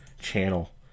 channel